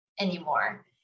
anymore